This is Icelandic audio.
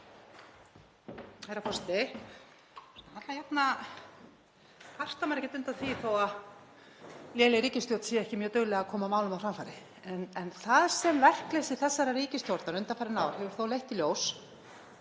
forseta. Alla jafna kvartar maður ekkert undan því þó að léleg ríkisstjórn sé ekki mjög dugleg að koma málum á framfæri. En það sem verkleysi þessarar ríkisstjórnar undanfarin ár hefur þó leitt í ljós